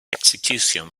execution